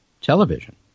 television